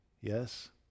Yes